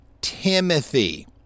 Timothy